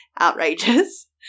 outrageous